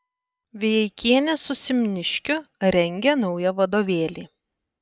vijeikienė su simniškiu rengia naują vadovėlį